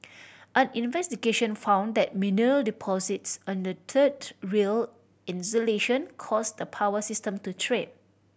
an investigation found that mineral deposits under the third rail insulation caused the power system to trip